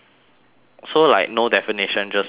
so like no definition just bulk ah